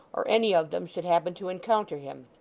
or any of them, should happen to encounter him.